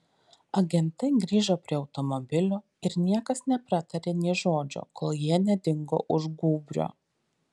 agentai grįžo prie automobilių ir niekas nepratarė nė žodžio kol jie nedingo už gūbrio